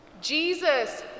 Jesus